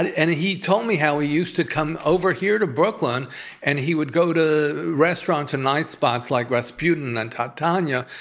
and and he told me how he used to come over here to brooklyn and he would go to a restaurant to nightspots like rasputin and tatiania,